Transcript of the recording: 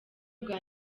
bwa